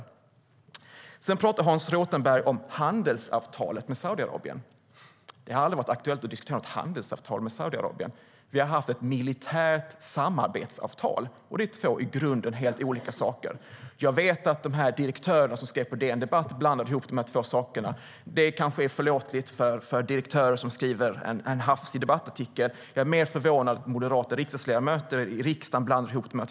Hans Rothenberg pratar om det han kallar handelsavtalet med Saudiarabien. Men det har aldrig varit aktuellt att diskutera något handelsavtal med Saudiarabien. Vi har haft ett militärt samarbetsavtal. Det är två i grunden helt olika saker. Jag vet att de direktörer som skrev på DN Debatt blandade ihop dessa två saker. Det kanske är förlåtligt för direktörer som skriver en hafsig debattartikel. Jag är mer förvånad att moderata riksdagsledamöter blandar ihop detta.